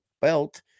belt